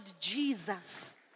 Jesus